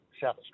South